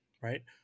Right